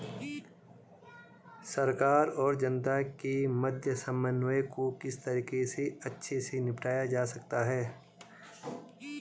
सरकार और जनता के मध्य समन्वय को किस तरीके से अच्छे से निपटाया जा सकता है?